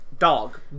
dog